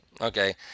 Okay